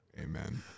Amen